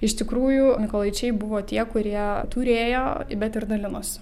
iš tikrųjų mykolaičiai buvo tie kurie turėjo bet ir dalinosi